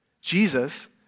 Jesus